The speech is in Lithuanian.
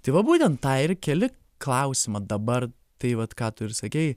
tai va būtent tą ir keli klausimą dabar tai vat ką tu ir sakei